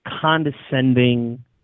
condescending